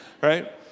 right